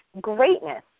greatness